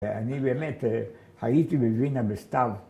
‫אני, באמת, הייתי בוינה בסתיו.